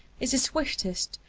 is the swiftest,